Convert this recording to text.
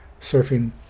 surfing